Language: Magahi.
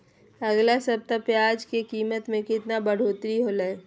अगला सप्ताह प्याज के कीमत में कितना बढ़ोतरी होलाय?